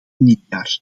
nieuwjaar